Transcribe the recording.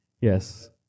Yes